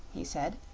he said,